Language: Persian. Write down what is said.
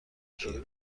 کیه